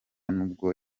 n’ubwo